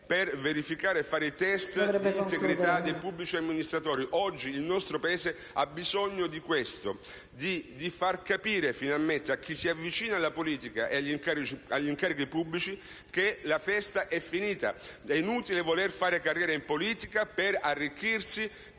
DDA, verifichi e testi l'integrità dei pubblici amministratori. Oggi il nostro Paese ha bisogno di questo: ha bisogno di far capire finalmente a chi si avvicina alla politica e agli incarichi pubblici che la festa è finita, che è inutile voler fare carriera in politica per arricchirsi